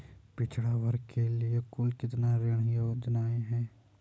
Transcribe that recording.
पिछड़ा वर्ग के लिए कुल कितनी ऋण योजनाएं हैं?